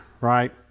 right